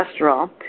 cholesterol